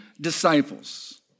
disciples